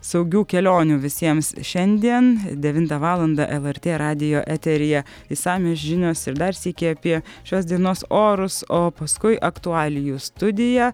saugių kelionių visiems šiandien devintą valandą lrt radijo eteryje išsamios žinios ir dar sykį apie šios dienos orus o paskui aktualijų studija